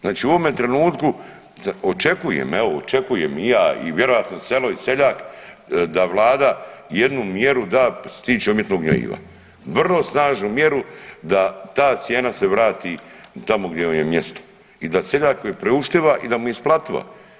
Znači u ovome trenutku očekujem evo očekujem i ja i vjerojatno i selo i seljak da vlada jednu mjeru da što se tiče umjetnog gnojiva, vrlo snažnu mjeru da ta cijena se vrati tamo gdje joj je mjesto i da seljaku je priuštiva i da mu je isplativa.